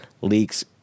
leaks